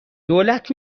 دولت